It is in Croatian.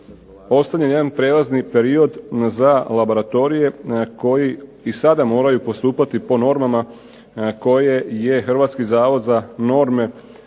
postavljen je jedan prijelazni period za laboratorije koji i sada moraju postupati po normama koje je Hrvatski zavod za norme